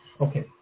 Okay